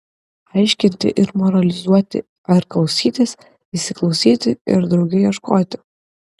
aiškinti ir moralizuoti ar klausytis įsiklausyti ir drauge ieškoti